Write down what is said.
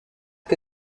que